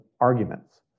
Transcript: arguments